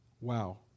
Wow